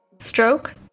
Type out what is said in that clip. stroke